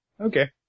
okay